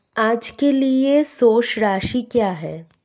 आज के लिए शेष राशि क्या है?